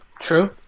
True